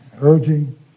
urging